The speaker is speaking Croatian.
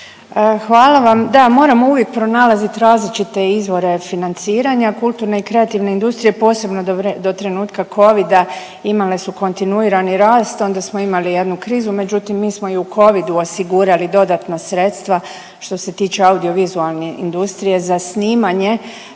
Hvala vam. Da, moramo uvijek pronalaziti različite izvore financiranja kulturne i kreativne industrije posebno do trenutka covida imale su kontinuirani rast. Onda smo imali jednu krizu, međutim mi smo i u covidu osigurali dodatna sredstva što se tiče audio-vizualne industrije za snimanje,